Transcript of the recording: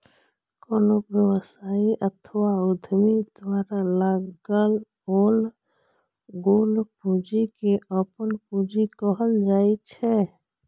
कोनो व्यवसायी अथवा उद्यमी द्वारा लगाओल गेल पूंजी कें अपन पूंजी कहल जाइ छै